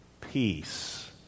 peace